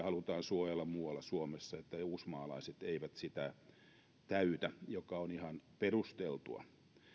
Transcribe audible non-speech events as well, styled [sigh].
[unintelligible] halutaan suojella muualla suomessa terveydenhoitokapasiteettia että uusmaalaiset eivät sitä täytä mikä on ihan perusteltua